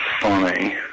funny